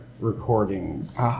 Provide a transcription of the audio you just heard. recordings